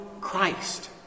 Christ